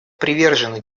привержены